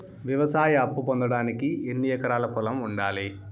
వ్యవసాయ అప్పు పొందడానికి ఎన్ని ఎకరాల పొలం ఉండాలి?